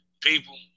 people